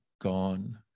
gone